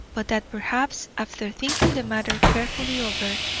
but that perhaps, after thinking the matter carefully over,